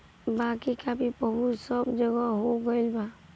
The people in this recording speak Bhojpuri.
बाकी कॉफ़ी पहुंच सब जगह हो गईल बा